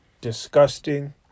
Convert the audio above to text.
disgusting